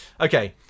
okay